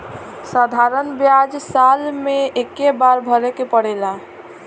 साधारण ब्याज साल मे एक्के बार भरे के पड़ेला